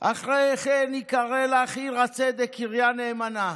"אחרי כן ייקרא לך עיר הצדק קריה נאמנה",